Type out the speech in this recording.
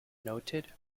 noted